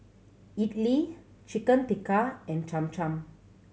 Idili Chicken Tikka and Cham Cham